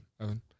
Evan